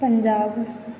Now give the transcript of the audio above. Punjab